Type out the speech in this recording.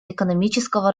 экономического